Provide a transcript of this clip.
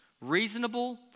reasonable